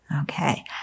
okay